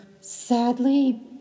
sadly